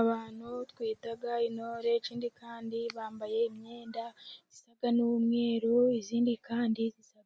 Abantu twita intore, ikindi kandi bambaye imyenda isa n'umweru, izindi kandi zisa